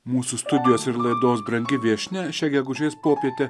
mūsų studijos ir laidos brangi viešnia šią gegužės popietę